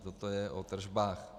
Toto je o tržbách.